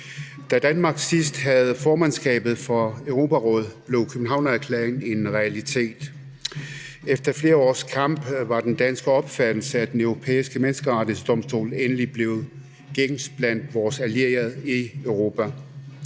Da Danmark sidst havde formandskabet for Europarådet, blev Københavnerklæringen en realitet. Efter flere års kamp var den danske opfattelse, at Den Europæiske Menneskerettighedsdomstol endelig blev gængs blandt vores allierede i Europa.